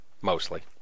mostly